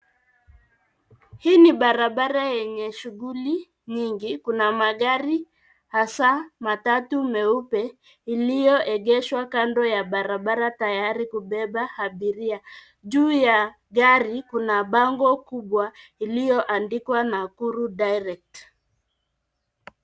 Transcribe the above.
Hii ni barabara yenye shughuli nyingi. Kuna magari hasa matatu meupe iliyoegeshwa kando ya barabara tayari kubeba abiria. Juu ya gari kuna bango kubwa iliyoandikwa Nakuru direct .